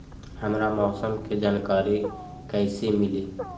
हमरा मौसम के जानकारी कैसी मिली?